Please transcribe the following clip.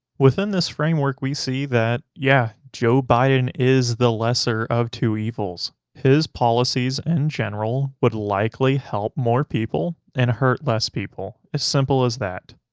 within this framework, we see that, yeah, joe biden is the lesser of two evils. his policies in general would likely help more people, and hurt less people, as simple as that.